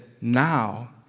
now